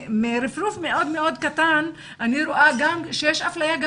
מרפרוף מאוד קטן אני רואה שיש אפליה גם